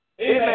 Amen